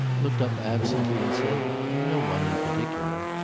looked up absently and said no one in particular.